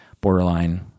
borderline